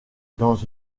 dans